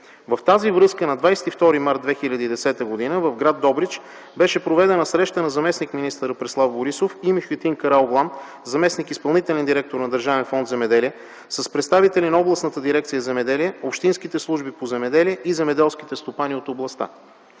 В тази връзка на 22 март 2010 г. в гр. Добрич беше проведена среща на заместник-министър Преслав Борисов и Мюхеттин Караоглан – заместник-изпълнителен директор на Държавен фонд „Земеделие”, с представители на областната дирекция „Земеделие”, общинските служби по земеделие и земеделските стопани от областта.